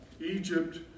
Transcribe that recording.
Egypt